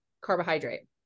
carbohydrate